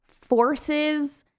forces